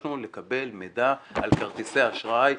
ביקשנו לקבל מידע על כרטיסי אשראי,